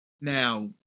Now